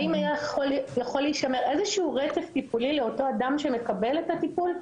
האם יכול להישמר איזשהו רצף טיפולי לאותו אדם שמקבל את הטיפול?